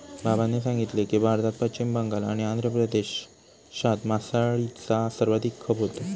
बाबांनी सांगितले की, भारतात पश्चिम बंगाल आणि आंध्र प्रदेशात मासळीचा सर्वाधिक खप होतो